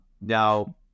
now